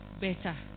better